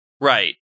Right